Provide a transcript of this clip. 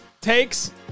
takes